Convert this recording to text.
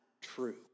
true